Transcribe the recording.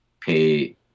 pay